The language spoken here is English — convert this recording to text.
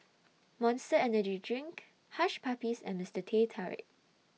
Monster Energy Drink Hush Puppies and Mister Teh Tarik